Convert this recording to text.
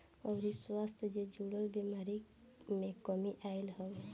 अउरी स्वास्थ्य जे जुड़ल बेमारी में कमी आईल हवे